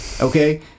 okay